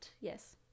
Yes